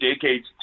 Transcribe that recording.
decades